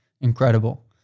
incredible